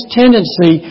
tendency